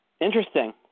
interesting